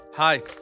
Hi